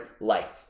life